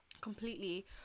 completely